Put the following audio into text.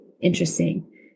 interesting